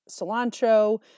cilantro